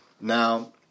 Now